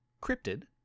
cryptid